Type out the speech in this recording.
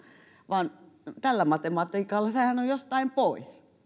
vaan tällä matematiikalla sehän on jostain pois